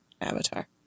avatar